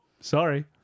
Sorry